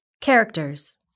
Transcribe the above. Characters